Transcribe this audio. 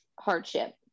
hardship